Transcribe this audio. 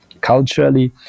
Culturally